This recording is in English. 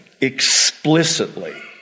explicitly